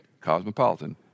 cosmopolitan